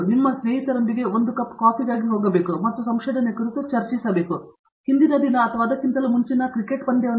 ನಿಮ್ಮ ಸ್ನೇಹಿತರೊಂದಿಗೆ ಒಂದು ಕಪ್ ಕಾಫಿಗಾಗಿ ಹೋಗಬೇಕು ಮತ್ತು ಸಂಶೋಧನೆ ಕುರಿತು ಚರ್ಚಿಸಬೇಕು ಹಿಂದಿನ ದಿನ ಅಥವಾ ಅದಕ್ಕಿಂತಲೂ ಮುಂಚಿನ ಕ್ರಿಕೆಟ್ ಪಂದ್ಯವಲ್ಲ